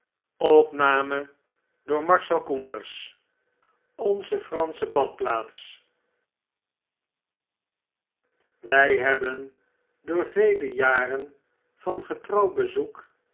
onze fransche badplaats wy hebben door vele jaren van getrouw bezoek